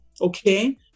okay